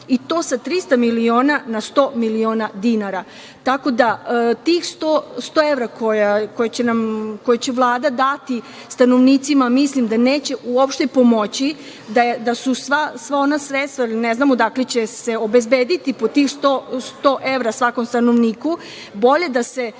i to sa 300 miliona na 100 miliona dinara, tako da tih 100 evra koje će Vlada dati stanovnicima, mislim da neće uopšte pomoći, da su sva ona sredstva… Ne znam odakle će se obezbediti po tih 100 evra svakom stanovniku? Bolje da se